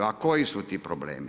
A koji su to problemi?